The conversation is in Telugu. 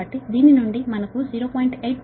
కాబట్టి దీని నుండి మనకు 0